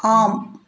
ஆம்